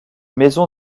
maison